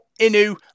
Inu